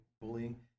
bullying